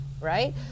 Right